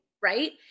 right